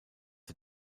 der